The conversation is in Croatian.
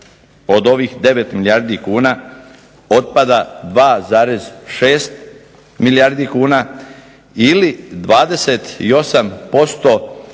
od ovih 9 milijardi kuna otpada 2,6 milijardi kuna ili 28%